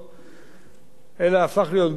אלא הפך להיות גוף פוליטי מוטה,